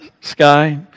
sky